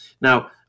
Now